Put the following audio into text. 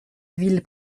ville